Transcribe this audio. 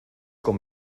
con